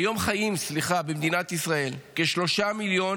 היום חיים במדינת ישראל כ-3.3 מיליון